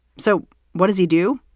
so what does he do?